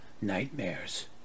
Nightmares